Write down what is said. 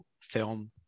film